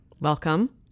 Welcome